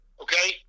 okay